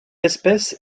espèce